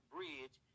Bridge